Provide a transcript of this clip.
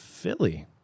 philly